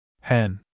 Hen